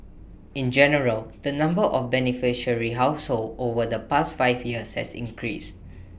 in general the number of beneficiary households over the past five years has increased